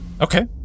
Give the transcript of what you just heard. Okay